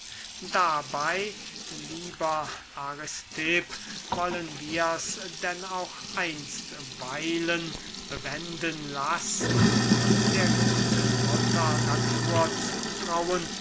dabey lieber aristipp wollen wir's denn auch einstweilen bewenden lassen und der guten mutter natur zutrauen